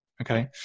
okay